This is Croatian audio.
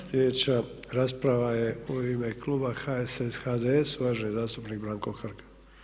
Sljedeća rasprava je u ime kluba HSS, HDS uvaženi zastupnik Branko Hrg.